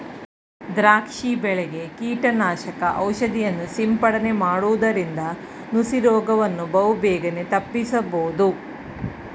ದ್ರಾಕ್ಷಿ ಬೆಳೆಗೆ ಕೀಟನಾಶಕ ಔಷಧಿಯನ್ನು ಸಿಂಪಡನೆ ಮಾಡುವುದರಿಂದ ನುಸಿ ರೋಗವನ್ನು ಬಹುಬೇಗನೆ ತಪ್ಪಿಸಬೋದು